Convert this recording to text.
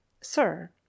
sir